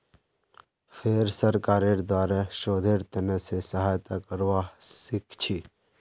फेर सरकारेर द्वारे शोधेर त न से सहायता करवा सीखछी